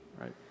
right